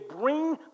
bring